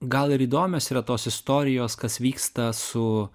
gal ir įdomios yra tos istorijos kas vyksta su